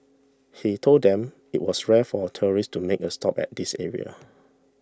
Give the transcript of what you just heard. he told them it was rare for tourists to make a stop at this area